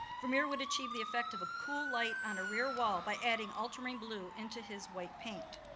vermeer would achieve the effect of a cool light on a rear wall, by adding ultramarine blue into his white paint.